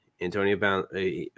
Antonio